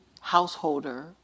householder